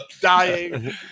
dying